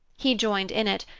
he joined in it,